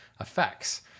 effects